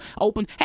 Open